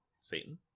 Satan